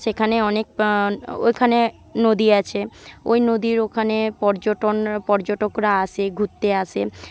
সেখানে অনেক ওইখানে নদী আছে ওই নদীর ওখানে পর্যটন পর্যটকরা আসে ঘুরতে আসে